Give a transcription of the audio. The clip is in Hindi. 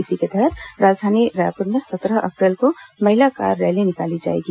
इसी के तहत राजधानी रायपुर में सत्रह अप्रैल को महिला कार रैली निकाली जाएगी